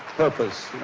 purpose,